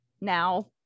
now